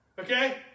Okay